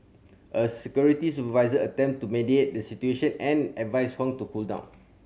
a security supervisor attempted to mediate the situation and advised Huang to cool down